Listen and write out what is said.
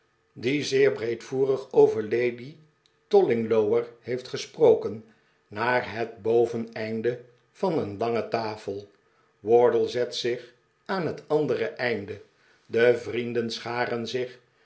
heeft gesproken naar het boveneinde van een lange tafel wardle zet zich aan het andere einde de vrienden scharen zich